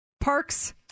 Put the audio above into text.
parks